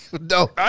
No